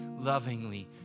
lovingly